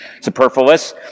superfluous